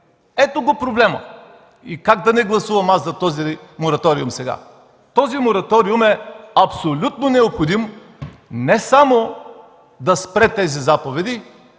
Ето го проблема! Как да не гласувам сега за този мораториум? Този мораториум е абсолютно необходим не само да спре тези заповеди,